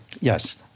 yes